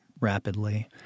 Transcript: rapidly